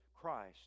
Christ